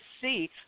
see